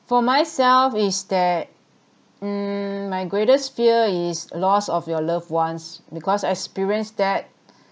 for myself it's that hmm my greatest fear is loss of your loved ones because I experience that